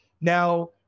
Now